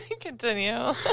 Continue